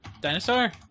Dinosaur